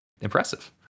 impressive